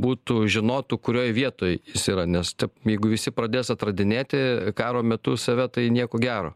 būtų žinotų kurioj vietoj jis yra nes čia jeigu visi pradės atradinėti karo metu save tai nieko gero